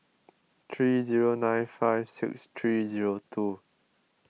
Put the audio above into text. three zero nine five six three zero two